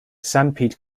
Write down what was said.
sanpete